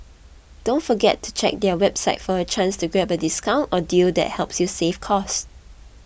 don't forget to check their website for a chance to grab a discount or deal that helps you save cost